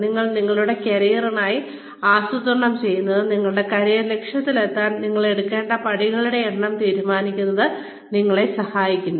ഇപ്പോൾ നിങ്ങളുടെ കരിയറിനായി ആസൂത്രണം ചെയ്യുന്നത് നിങ്ങളുടെ കരിയർ ലക്ഷ്യത്തിലെത്താൻ നിങ്ങൾ എടുക്കേണ്ട പടികളുടെ എണ്ണം തീരുമാനിക്കാൻ നിങ്ങളെ സഹായിക്കുന്നു